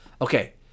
Okay